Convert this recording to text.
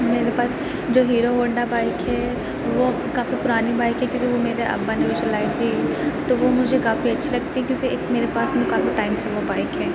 میرے پاس جو ہیرو ہونڈا بائک ہے وہ اب کافی پرانی بائک ہے کیونکہ وہ میرے ابا نے وہ چلائی تھی تو وہ مجھے کافی اچھی لگتی ہے کیونکہ ایک میرے پاس میں کافی ٹائم سے وہ بائک ہے